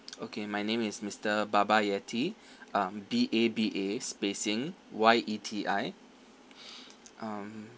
okay my name is mister baba yeti um B A B A spacing Y E T I um